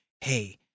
hey